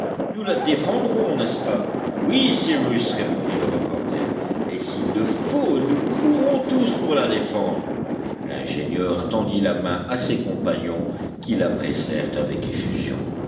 nous la défendrons n'est-ce pas oui cyrus répondit le reporter et s'il le faut nous mourrons tous pour la défendre l'ingénieur tendit la main à ses compagnons qui la pressèrent avec effusion